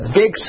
big